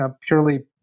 purely